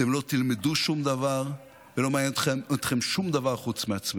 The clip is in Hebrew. אתם לא תלמדו שום דבר ולא מעניין אתכם שום דבר חוץ מעצמכם.